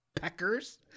peckers